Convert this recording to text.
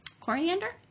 coriander